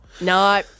No